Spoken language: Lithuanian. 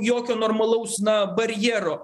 jokio normalaus na barjero